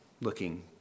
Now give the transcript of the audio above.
looking